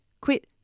quit